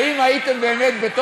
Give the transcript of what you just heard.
שאם הייתם באמת,